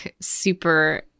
super